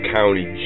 County